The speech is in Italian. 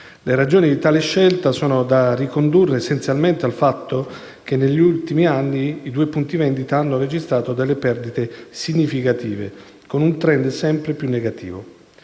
Le ragioni di tale scelta sono da ricondurre essenzialmente al fatto che negli ultimi anni i due punti vendita hanno registrato delle perdite significative con un *trend* sempre più negativo.